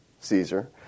Caesar